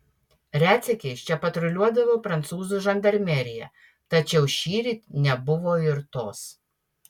retsykiais čia patruliuodavo prancūzų žandarmerija tačiau šįryt nebuvo ir tos